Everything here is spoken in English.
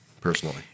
personally